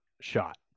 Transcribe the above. shot